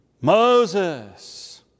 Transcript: Moses